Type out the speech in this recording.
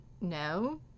No